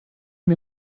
mir